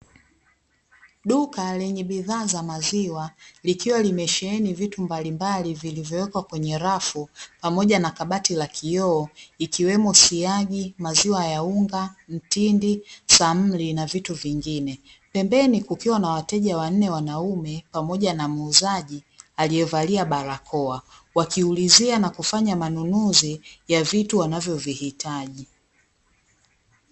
Duka lenye bidhaa za maziwa likiwa limesheheni vitu mbalimbali vilivyowekwa kwenye rafu pamoja na kabati la kiioo ikiwemo siagi, maziwa ya unga, mtindi, samli na vitu vingine, pembeni kukiwa na wateja wanne wanaume pamoja na muuzaji aliyevalia barakoa, wakiulizia na kufanya manunuzi ya vitu wanavyo vihitaji.